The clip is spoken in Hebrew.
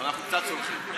אנחנו קצת סולחים.